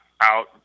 out